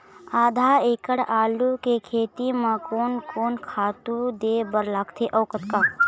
आधा एकड़ आलू के खेती म कोन कोन खातू दे बर लगथे अऊ कतका?